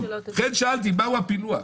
לכן שאלתי מה הוא הפילוח.